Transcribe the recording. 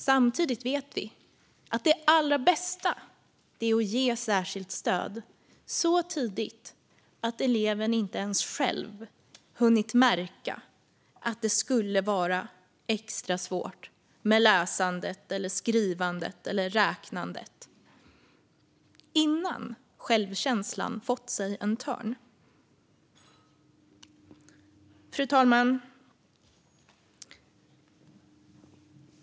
Samtidigt vet vi att det allra bästa är att ge särskilt stöd så tidigt att eleven inte ens själv hunnit märka att det skulle vara extra svårt med läsandet, skrivandet eller räknandet, innan självkänslan fått sig en törn. Fru talman!